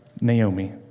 Naomi